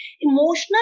Emotional